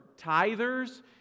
tithers